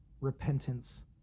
repentance